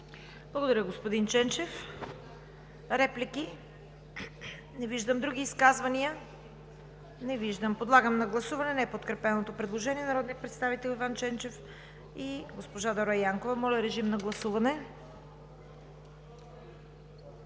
Благодаря, господин Ченчев. Реплики? Не виждам. Други изказвания? Не виждам. Подлагам на гласуване неподкрепеното предложение на народния представител Иван Ченчев и госпожа Дора Янкова. Гласували